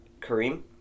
Kareem